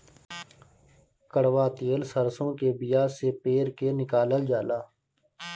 कड़ुआ तेल सरसों के बिया से पेर के निकालल जाला